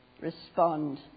respond